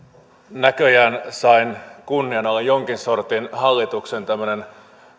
näköjään sain kunnian olla hallituksen jonkin sortin tämmöinen